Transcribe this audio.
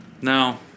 No